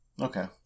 Okay